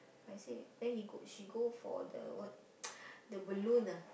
but I say then he go she go for the the what the balloon ah